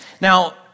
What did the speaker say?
Now